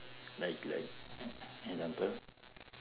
like like example